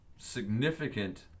significant